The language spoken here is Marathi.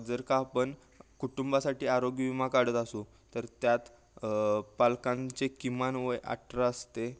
जर का आपन कुटुंबासाठी आरोग्यविमा काढत असू तर त्यात पालकांचे किमान वय अठरा असते